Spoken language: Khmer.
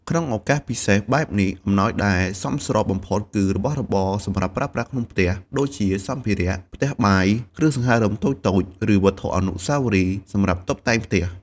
ក្នុងឱកាសពិសេសបែបនេះ អំណោយដែលសមស្របបំផុតគឺ របស់របរសម្រាប់ប្រើប្រាស់ក្នុងផ្ទះ ដូចជាសម្ភារៈផ្ទះបាយ គ្រឿងសង្ហារឹមតូចៗ ឬវត្ថុអនុស្សាវរីយ៍សម្រាប់តុបតែងផ្ទះ។